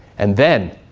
and then,